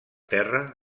terra